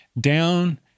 down